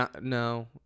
no